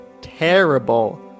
terrible